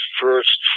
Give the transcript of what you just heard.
first